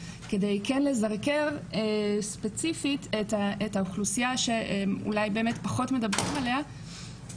כדי כן לסנגר ספציפית את האוכלוסייה שאולי באמת פחות מדברים עליה,